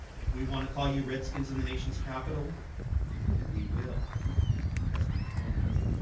if we want to call you redskins in the nation's capital we will because we own you.